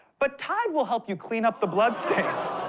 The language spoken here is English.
but tide will help you clean up the bloodstains.